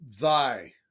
thy